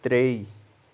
ترٛے